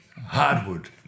Hardwood